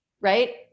right